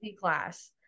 class